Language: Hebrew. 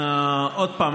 עוד פעם,